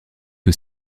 que